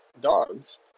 dogs